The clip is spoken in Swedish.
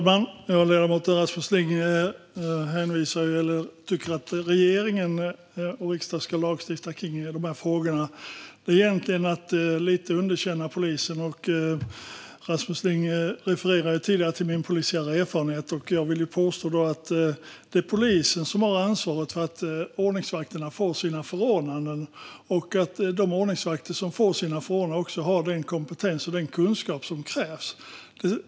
Fru talman! Ledamoten Rasmus Ling tycker att regeringen och riksdagen ska lagstifta om dessa frågor. Det är egentligen att underkänna polisen. Rasmus Ling refererade tidigare till min polisiära erfarenhet. Jag vill påstå att det är polisen som har ansvaret för att ordningsvakterna får sina förordnanden och för att de ordningsvakter som får förordnanden har den kompetens och kunskap som krävs.